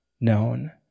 known